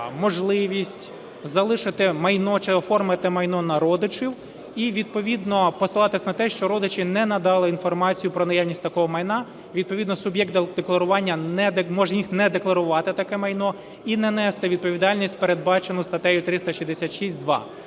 можливість залишити майно чи оформити майно на родичів і відповідно посилатися на те, що родичі не надали інформацію про наявність такого майна, відповідно суб'єкт декларування може не декларувати таке майно і не нести відповідальність, передбачену статтею 366-2.